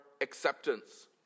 acceptance